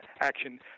action